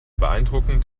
beeindruckend